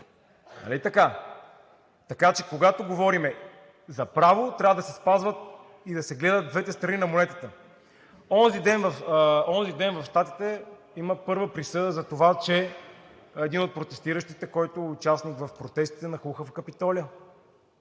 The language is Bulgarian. Така че, когато говорим за право, трябва да се спазват и да се гледат двете страни на монетата. Онзи ден в Щатите имаше първа присъда за това, че един от протестиращите, който бе участник в протестите, нахлу в Капитолия.